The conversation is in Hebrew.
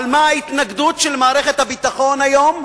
על מה ההתנגדות של מערכת הביטחון היום,